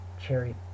cherry